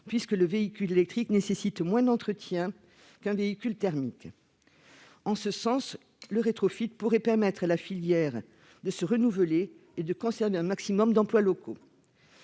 puisque le véhicule électrique nécessite moins d'entretien qu'un véhicule thermique. En ce sens, le rétrofit pourrait permettre à la filière de se renouveler et de conserver un maximum d'emplois locaux.